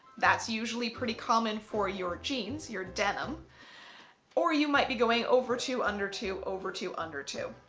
that's usually pretty common for your jeans, your denim or you might be going over two, under two, over two, under two.